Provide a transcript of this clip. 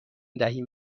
دهیم